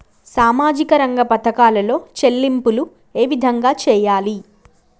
సామాజిక రంగ పథకాలలో చెల్లింపులు ఏ విధంగా చేయాలి?